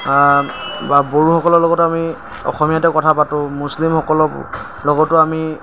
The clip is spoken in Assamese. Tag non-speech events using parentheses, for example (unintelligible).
বা বড়োসকলৰ লগতে আমি অসমীয়াতে কথা পাতোঁ মুছলিমসকলৰ (unintelligible) লগতো আমি